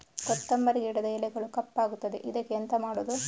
ಕೊತ್ತಂಬರಿ ಗಿಡದ ಎಲೆಗಳು ಕಪ್ಪಗುತ್ತದೆ, ಇದಕ್ಕೆ ಎಂತ ಮಾಡೋದು?